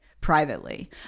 privately